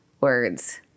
words